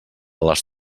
les